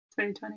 2020